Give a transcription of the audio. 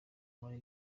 muri